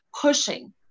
pushing